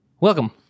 Welcome